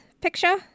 picture